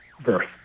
birth